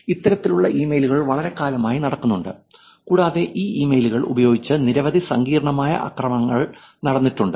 ഇത്തരത്തിലുള്ള ഇമെയിലുകൾ വളരെക്കാലമായി നടക്കുന്നുണ്ട് കൂടാതെ ഈ ഇമെയിലുകൾ ഉപയോഗിച്ച് നിരവധി സങ്കീർണ്ണമായ ആക്രമണങ്ങൾ നടന്നിട്ടുണ്ട്